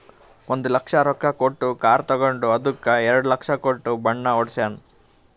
ಒಂದ್ ಲಕ್ಷ ರೊಕ್ಕಾ ಕೊಟ್ಟು ಕಾರ್ ತಗೊಂಡು ಅದ್ದುಕ ಎರಡ ಲಕ್ಷ ಕೊಟ್ಟು ಬಣ್ಣಾ ಹೊಡ್ಸ್ಯಾನ್